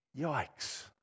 Yikes